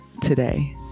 today